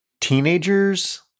teenagers